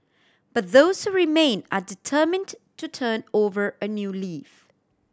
but those who remain are determined to turn over a new leaf